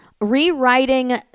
rewriting